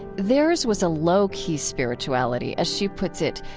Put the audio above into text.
theirs was a low-key spirituality, as she puts it,